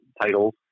titles